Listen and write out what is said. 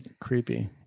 creepy